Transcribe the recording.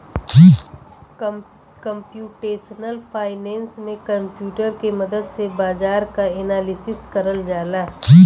computational finance में computer के मदद से बाजार क एनालिसिस करल जाला